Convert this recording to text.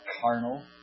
carnal